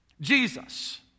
Jesus